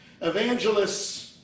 evangelists